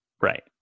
Right